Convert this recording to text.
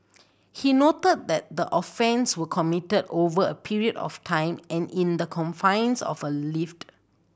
he noted that the offence were committed over a period of time and in the confines of a lift